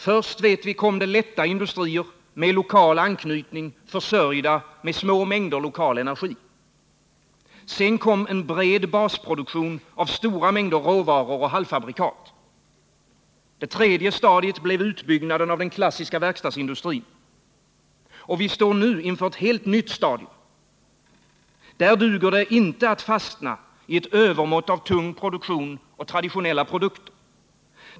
Först, vet vi, kom lätta industrier med lokal anknytning, försörjda med små mängder lokal energi. Sedan kom en bred basproduktion av stora mängder råvaror och halvfabrikat. Det tredje stadiet blev utbyggnaden av den klassiska verkstadsindustrin. Vi står nu inför ett helt nytt stadium. Där duger det inte att fastna i ett övermått av tung produktion och traditionella produkter.